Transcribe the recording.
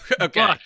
Okay